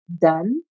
done